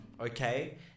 okay